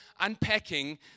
unpacking